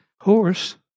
horse